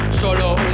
Solo